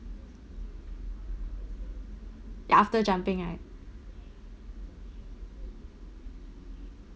ya after jumping right